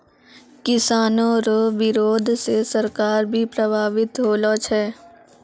किसानो रो बिरोध से सरकार भी प्रभावित होलो छै